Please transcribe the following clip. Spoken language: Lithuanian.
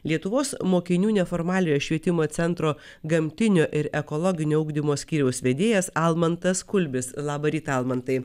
lietuvos mokinių neformaliojo švietimo centro gamtinio ir ekologinio ugdymo skyriaus vedėjas almantas kulbis labą rytą almantai